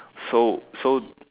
so so